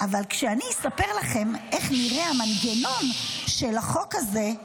אבל כשאני אספר לכם איך נראה המנגנון של החוק הזה,